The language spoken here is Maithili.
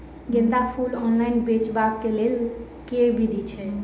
गेंदा फूल ऑनलाइन बेचबाक केँ लेल केँ विधि छैय?